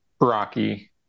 Rocky